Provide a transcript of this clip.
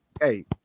Hey